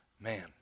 man